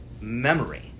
memory